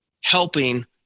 helping